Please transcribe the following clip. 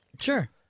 Sure